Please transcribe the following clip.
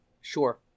sure